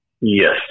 Yes